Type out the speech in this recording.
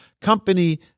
company